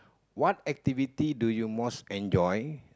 what activity do you most enjoy